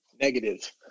Negative